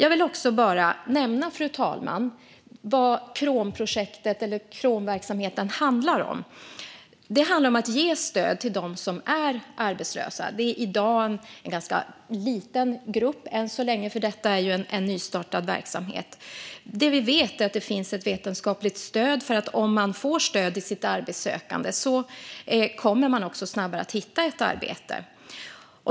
Jag vill också bara nämna vad KROM-verksamheten handlar om, fru talman. Den handlar om att ge stöd till dem som är arbetslösa. Än så länge rör det en ganska liten grupp, för detta är en nystartad verksamhet. Det vi vet är att det finns vetenskapligt stöd för att den som får stöd i sitt arbetssökande snabbare kommer att hitta ett arbete.